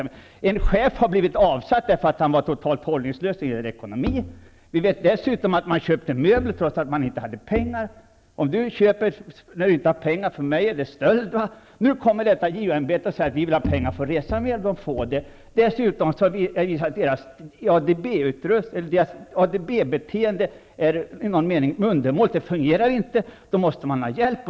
En chef har blivit avsatt, därför att han var totalt hållningslös när det gällde ekonomin. Dessutom har man köpt möbler, trots att pengar saknades. Att köpa något som man inte har pengar till uppfattar jag som stöld. Nu säger JO-ämbetet att man vill ha pengar, så att man kan resa mera. Man får pengar. Dessutom är det undermåligt på ADB-sidan. Verksamheten fungerar inte. I det läget behöver man hjälp.